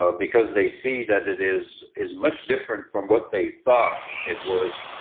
ah because they see that it is is much different from what they thought it was,